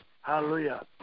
Hallelujah